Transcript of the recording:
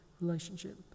relationship